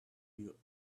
you